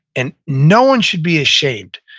and no one should be ashamed.